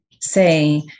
say